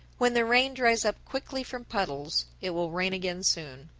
when the rain dries up quickly from puddles, it will rain again soon.